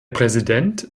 präsident